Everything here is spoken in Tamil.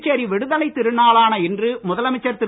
புதுச்சேரி விடுதலை திருநாளான இன்று முதலமைச்சர் திரு